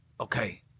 Okay